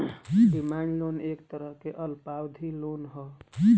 demand loan एक तरह के अल्पावधि लोन ह